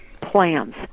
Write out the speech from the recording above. plans